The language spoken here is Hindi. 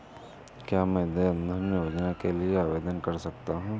क्या मैं जन धन योजना के लिए आवेदन कर सकता हूँ?